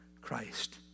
Christ